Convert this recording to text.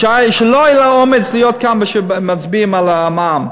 בשעה שלא היה לו אומץ להיות כאן כאשר מצביעים על המע"מ,